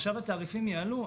עכשיו התעריפים יעלו.